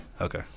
okay